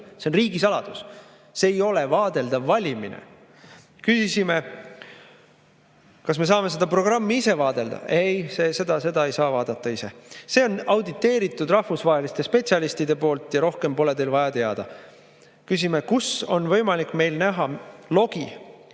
See on riigisaladus. See ei ole vaadeldav valimine. Küsisime, kas me saame seda programmi ise vaadelda? Ei, seda ei saa ise vaadelda. See on auditeeritud rahvusvaheliste spetsialistide poolt ja rohkem pole teil vaja teada. Küsisime, kus meil on võimalik näha logi,